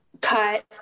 cut